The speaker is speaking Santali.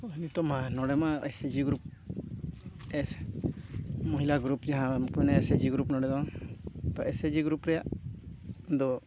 ᱱᱤᱛᱳᱜᱼᱢᱟ ᱱᱚᱸᱰᱮᱼᱢᱟ ᱟᱭ ᱥᱤ ᱡᱤ ᱜᱨᱩᱯ ᱢᱚᱦᱤᱞᱟ ᱜᱨᱩᱯ ᱡᱟᱦᱟᱸ ᱢᱟᱱᱮ ᱟᱭ ᱥᱤ ᱡᱤ ᱜᱨᱩᱯ ᱱᱚᱸᱰᱮ ᱫᱚ ᱟᱭ ᱥᱤ ᱡᱤ ᱜᱨᱩᱯ ᱨᱮᱭᱟᱜ ᱫᱚ